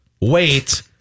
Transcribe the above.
wait